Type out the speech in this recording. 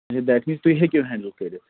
اچھا that means تُہۍ ہٮ۪کِو ہٮ۪نڈٕل کٔرِتھ